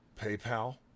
PayPal